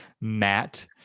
matt